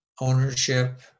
ownership